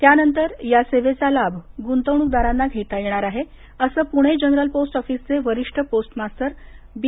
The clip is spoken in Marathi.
त्यानंतर या सेवेचा लाभ गुंतवणूकदारांना घेता येणार आहे असं पुणे जनरल पोस्ट ऑफीसचे वरीष्ठ पोस्ट मास्तर बी